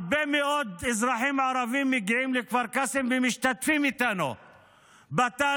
הרבה מאוד אזרחים ערבים מגיעים לכפר קאסם ומשתתפים איתנו בתהלוכה,